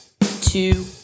two